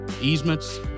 easements